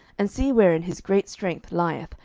and see wherein his great strength lieth,